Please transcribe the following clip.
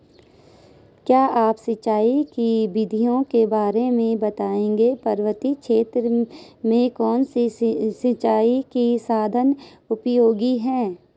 क्या आप सिंचाई की विधियों के बारे में बताएंगे पर्वतीय क्षेत्रों में कौन से सिंचाई के साधन उपयोगी हैं?